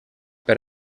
per